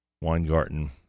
Weingarten